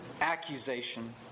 accusation